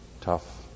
tough